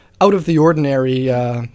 out-of-the-ordinary